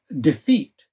defeat